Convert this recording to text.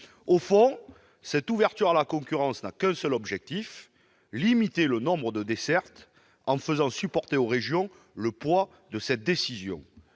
Au fond, cette ouverture à la concurrence n'a qu'un seul objectif : limiter le nombre de dessertes en faisant supporter le poids de cette décision